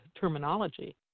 terminology